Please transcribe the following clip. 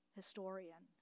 historian